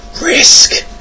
Risk